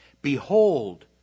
Behold